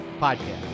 Podcast